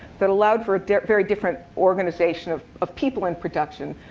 that allowed for a very different organization of of people and production.